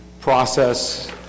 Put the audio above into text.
process